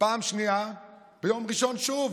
פעם שנייה, ביום ראשון, הוא שוב